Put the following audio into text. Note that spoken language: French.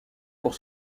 pour